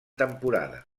temporada